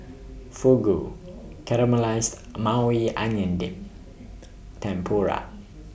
Fugu Caramelized Maui Onion Dip Tempura